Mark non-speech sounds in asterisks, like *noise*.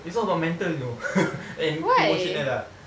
this one about mental you know *laughs* and emotional ah